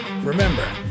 Remember